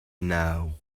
now